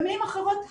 במילים אחרות,